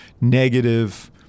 negative